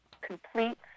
complete